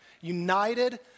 United